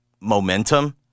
momentum